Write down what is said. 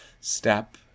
Step